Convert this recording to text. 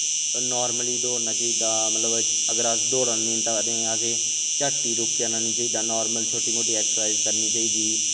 normally दौड़ना चाहिदा अगर अस दौड़ा ने तां असें चट्ट गै रुकी निं जाना चाहिदा नार्मल छोटी मोटी ऐक्सर्साइज करनी चाहिदी